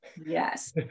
Yes